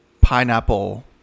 pineapple